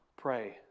pray